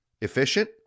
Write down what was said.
efficient